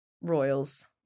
Royals